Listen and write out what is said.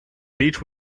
beach